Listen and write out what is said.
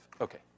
Okay